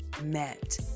met